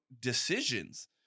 decisions